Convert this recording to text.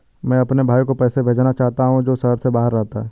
मैं अपने भाई को पैसे भेजना चाहता हूँ जो शहर से बाहर रहता है